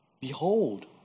Behold